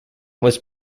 was